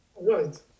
Right